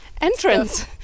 entrance